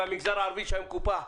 והמגזר הערבי שהיה מקופח,